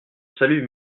salut